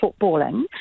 footballing